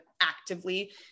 actively